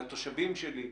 לתושבים שלו,